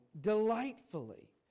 delightfully